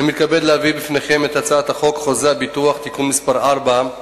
אני מתכבד להביא בפניכם את הצעת חוק חוזה הביטוח (תיקון מס' 4)